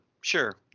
sure